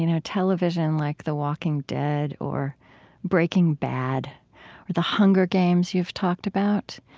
you know, television like the walking dead or breaking bad or the hunger games, you've talked about.